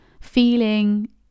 feeling